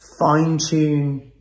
fine-tune